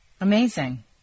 Amazing